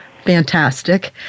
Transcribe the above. Fantastic